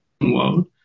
world